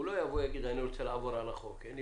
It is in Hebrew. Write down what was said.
לא יבוא ויגיד אני רוצה לעבור על החוק.